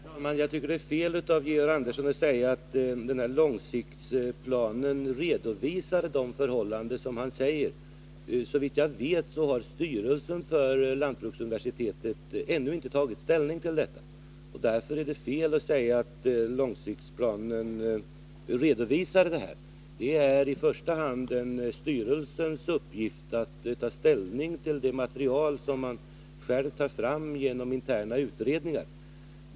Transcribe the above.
Herr talman! Jag tycker att det är fel av Georg Andersson att säga att man i långsiktsplanen redovisar de här förhållandena. Såvitt jag vet har styrelsen för lantbruksuniversitetet ännu inte tagit ställning. Därför är det fel att säga att man i långsiktsplanen redovisar förhållandena. Det är i första hand styrelsens uppgift att ta ställning till det material som man själv tar fram genom interna utredningar.